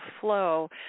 flow